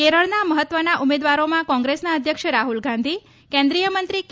કેરળના મહત્વના ઉમેદવારોમાં કોંગ્રેસના અધ્યક્ષ રાહુલ ગાંધી કેન્દ્રિય મંત્રી કે